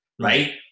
right